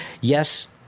yes